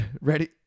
ready